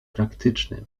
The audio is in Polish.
praktycznym